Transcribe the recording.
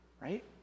right